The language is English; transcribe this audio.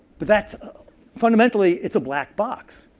but that's fundamentally, it's a black box.